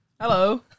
Hello